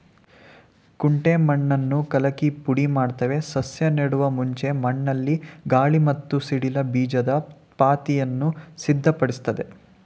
ಕುಂಟೆ ಮಣ್ಣನ್ನು ಕಲಕಿ ಪುಡಿಮಾಡ್ತವೆ ಸಸ್ಯ ನೆಡುವ ಮುಂಚೆ ಮಣ್ಣಲ್ಲಿ ಗಾಳಿ ಮತ್ತು ಸಡಿಲ ಬೀಜದ ಪಾತಿಯನ್ನು ಸಿದ್ಧಪಡಿಸ್ತದೆ